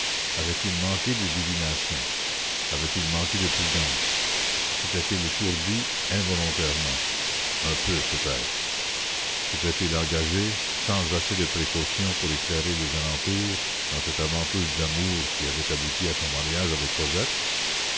avait-il manqué de divination avait-il manqué de prudence s'était-il étourdi involontairement un peu peut-être s'était-il engagé sans assez de précaution pour éclairer les alentours dans cette aventure d'amour qui avait abouti à son mariage avec cosette